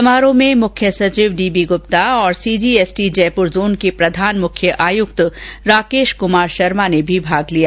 समारोह में मुख्य सचिव डीबी ग्प्ता तथा सीजीएसटी जयप्र जोन के प्रधान मुख्य आयुक्त राकेश कुमार शर्मा ने भी भाग लिया